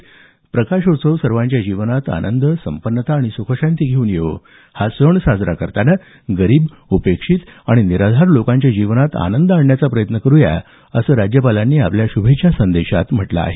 दीपावलीचा प्रकाशोत्सव सर्वांच्या जीवनात आनंद संपन्नता आणि सुख शांती घेऊन येवो हा सण साजरा करताना गरीब उपेक्षित आणि निराधार लोकांच्या जीवनात आनंद आणण्याचा प्रयत्न करु या असं राज्यपालांनी आपल्या श्भेच्छा सदेशात म्हटल आहे